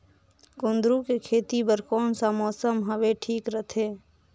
कुंदूरु के खेती बर कौन सा मौसम हवे ठीक रथे?